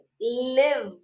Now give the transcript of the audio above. live